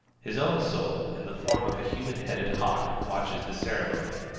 his own soul, in the form of a human-headed hawk, watches the ceremony.